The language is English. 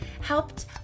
helped